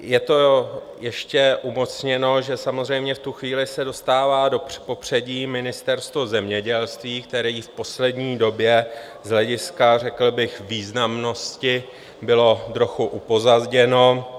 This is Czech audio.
Je to ještě umocněno, že samozřejmě v tu chvíli se dostává do popředí Ministerstvo zemědělství, které v poslední době z hlediska řekl bych významnosti bylo trochu upozaděno.